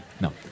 no